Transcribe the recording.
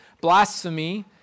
blasphemy